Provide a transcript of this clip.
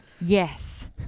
Yes